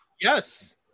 Yes